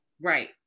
Right